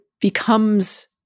becomes